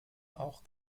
auch